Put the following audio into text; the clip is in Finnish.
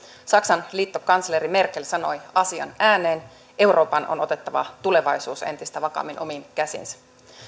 saksan liittokansleri merkel sanoi asian ääneen euroopan on otettava tulevaisuus entistä vakaammin omiin käsiinsä